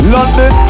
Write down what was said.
London